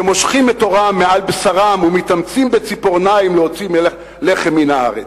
שמושכים את עורם מעל בשרם ומתאמצים בציפורניים להוציא לחם מן הארץ?